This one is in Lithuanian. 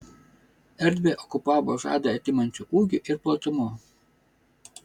erdvę okupavo žadą atimančiu ūgiu ir platumu